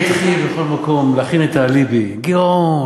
הוא התחיל בכל מקום להכין את האליבי: גירעון,